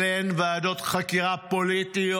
אלה הן ועדות חקירה פוליטיות,